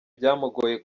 byamugoye